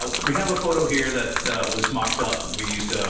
ah we have a photo here that was mocked up, we used to,